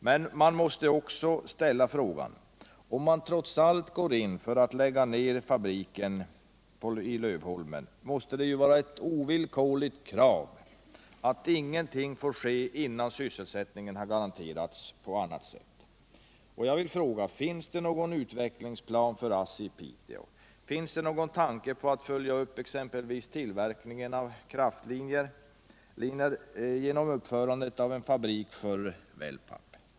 Men om man trots allt går in för att lägga ner fabriken i Lövholmen måste det vara ett ovillkorligt krav att ingenting får ske innan sysselsättningen har garanterats på annat sätt. Jag vill fråga: Finns det någon utvecklingsplan för ASSI i Piteå? Finns det någon tanke på att följa upp t.ex. tillverkningen av kraftliner genom uppförandet av en fabrik för wellpapp?